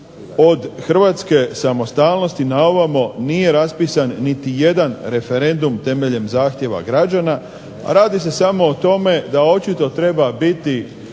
od hrvatske samostalnosti naovamo nije raspisan nijedan referendum temeljen zahtjeva građana, a radi se samo o tome da očito treba biti